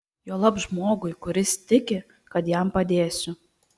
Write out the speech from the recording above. juolab žmogui kuris tiki kad jam padėsiu